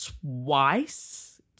twice